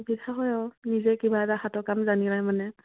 সুবিধা হয় আৰু নিজে কিবা এটা হাতৰ কাম জানিলে মানে